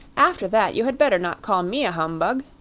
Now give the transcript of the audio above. after that you had better not call me a humbug!